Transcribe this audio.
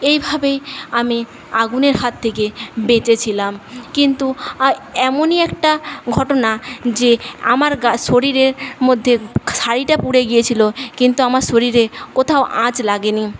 এইভাবেই আমি আগুনের হাত থেকে বেঁচেছিলাম কিন্তু এমনি একটা ঘটনা যে আমার গা শরীরের মধ্যে শাড়িটা পুড়ে গিয়েছিল কিন্তু আমার শরীরে কোথাও আঁচ লাগেনি